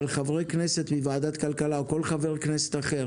אבל חברי כנסת מוועדת כלכלה או כל חבר כנסת אחר